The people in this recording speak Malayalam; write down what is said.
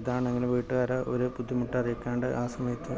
ഇതാണെങ്കിലും വീട്ടുകാരെ ഒരു ബുദ്ധിമുട്ട് അറിയിക്കാണ്ട് ആ സമയത്ത്